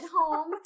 home